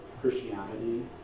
Christianity